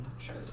Sure